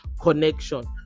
connection